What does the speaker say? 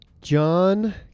John